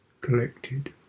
collected